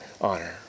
honor